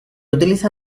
utiliza